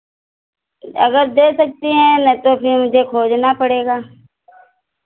अगर दे सकती हैं नहीं तो फिर मुझे खोजना पड़ेगा